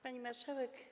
Pani Marszałek!